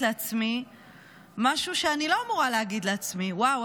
לעצמי משהו שאני לא אמורה להגיד לעצמי: וואו,